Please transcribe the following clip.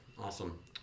Awesome